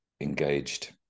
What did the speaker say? engaged